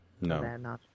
No